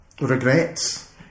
Regrets